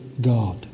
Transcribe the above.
God